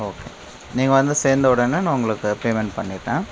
okay நீங்கள் வந்து சேர்ந்த உடனே நான் உங்களுக்கு பேமெண்ட் பண்ணிடுறேன்